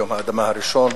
ביום האדמה הראשון.